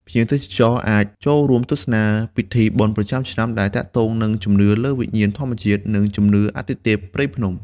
ភ្ញៀវទេសចរអាចចូលរួមទស្សនាពិធីបុណ្យប្រចាំឆ្នាំដែលទាក់ទងនឹងជំនឿលើវិញ្ញាណធម្មជាតិ និង ជំនឿ អាទិទេពព្រៃភ្នំ។